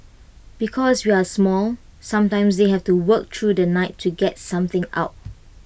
because we are small sometimes they have to work through the night to get something out